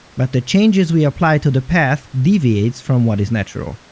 but the changes we apply to the path deviates from what is natural.